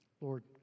Lord